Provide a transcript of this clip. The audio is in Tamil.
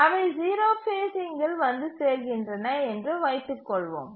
அவை 0 ஃபேஸ்சிங்கில் வந்து சேர்கின்றன என்று வைத்துக் கொள்வோம்